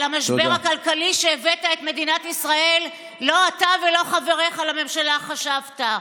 על המשבר הכלכלי שהבאת את מדינת ישראל לא אתה ולא חבריך לממשלה חשבתם.